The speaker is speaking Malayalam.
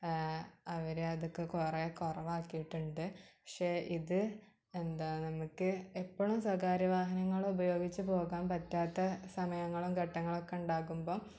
അവർ അതൊക്കെ കുറേ കുറവാക്കിയിട്ടുണ്ട് പാക്ഷേ ഇത് എന്താണ് നമുക്ക് എപ്പോഴും സ്വകാര്യ വാഹനങ്ങളുപയോഗിച്ച് പോകാൻ പറ്റാത്ത സമയങ്ങളും ഘട്ടങ്ങളുമൊക്കെ ഉണ്ടാകുമ്പോൾ